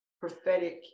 prophetic